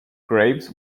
grapes